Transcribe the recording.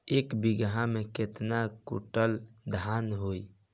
एक बीगहा में केतना कुंटल धान होई?